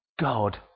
God